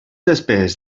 despeses